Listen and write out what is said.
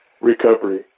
recovery